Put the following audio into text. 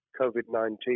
COVID-19